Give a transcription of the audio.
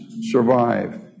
survive